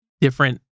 different